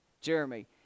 Jeremy